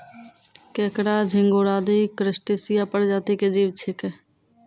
केंकड़ा, झिंगूर आदि क्रस्टेशिया प्रजाति के जीव छेकै